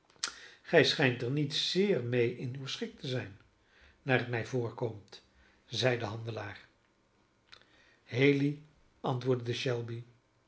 gij schijnt er niet zeer mee in uw schik te zijn naar het mij voorkomt zeide de handelaar haley antwoordde shelby